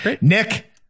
Nick